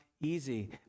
easy